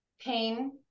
pain